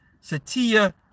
Satya